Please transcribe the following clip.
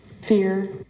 Fear